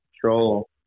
control